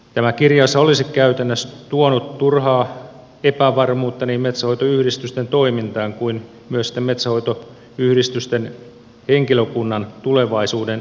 tämä kirjaushan olisi käytännössä tuonut turhaa epävarmuutta niin metsänhoitoyhdistysten toimintaan kuin myös sitten metsänhoitoyhdistysten henkilökunnan tulevaisuuteen